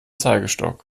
zeigestock